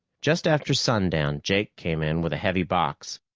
just after sundown, jake came in with a heavy box.